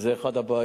וזאת אחת הבעיות,